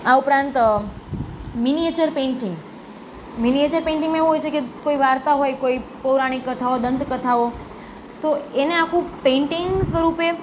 આ ઉપરાંત miniature painting miniature પેન્ટિંગમાં એવું હોય છે કે કોઈ વાર્તા હોય કોઈ પૌરાણિક કથાઓ દંત કથાઓ તો એને આખું પેન્ટિગ સ્વરૂપે